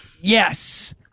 Yes